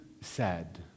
sad